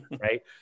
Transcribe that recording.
Right